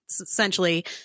Essentially